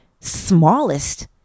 smallest